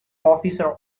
officer